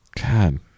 God